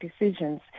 decisions